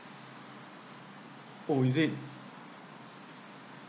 oh is it